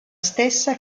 stessa